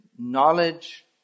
Knowledge